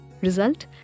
Result